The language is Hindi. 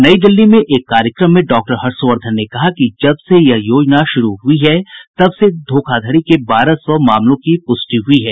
नई दिल्ली में एक कार्यक्रम में डॉक्टर हर्षवर्धन ने कहा कि जब से यह योजना शुरू हुई है तक से धोखाधड़ी के बारह सौ मामलों की पुष्टि हुई है